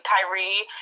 Kyrie